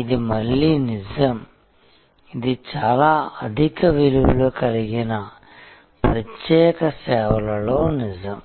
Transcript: ఇది మళ్లీ నిజంఇది చాలా అధిక విలువ కలిగిన ప్రత్యేక సేవలలో నిజం